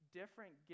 different